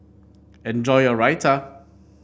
enjoy your Raita